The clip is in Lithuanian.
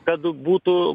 kad būtų